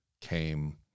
came